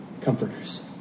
comforters